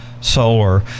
Solar